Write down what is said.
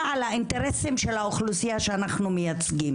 על האינטרסים של האוכלוסייה שאנחנו מייצגים.